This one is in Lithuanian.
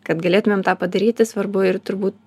kad galėtumėm tą padaryti svarbu ir turbū